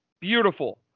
Beautiful